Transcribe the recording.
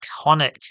iconic